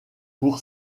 pour